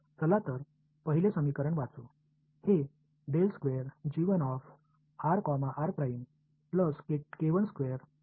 चला तर पहिले समीकरण वाचू हे ठीक आहे